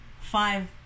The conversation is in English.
five